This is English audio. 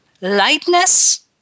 lightness